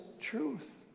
truth